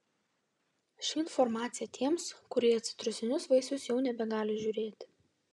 ši informacija tiems kurie į citrusinius vaisius jau nebegali žiūrėti